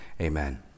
amen